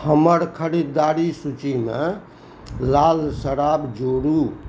हमर खरीदारी सूचीमे लाल शराब जोड़ू